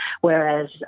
whereas